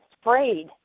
sprayed